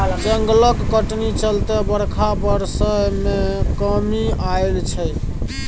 जंगलक कटनी चलते बरखा बरसय मे कमी आएल छै